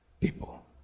people